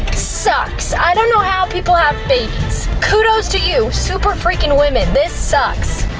sucks! i don't know how people have babies. kudos to you. super freaking women, this sucks.